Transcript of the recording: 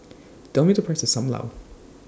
Tell Me The Price of SAM Lau